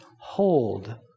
hold